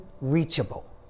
reachable